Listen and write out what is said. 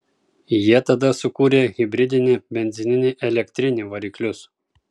jie tada sukūrė hibridinį benzininį elektrinį variklius